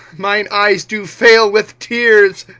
mine eyes do fail with tears,